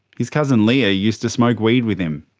his cousin leah used to smoke weed with him.